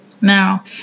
Now